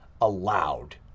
allowed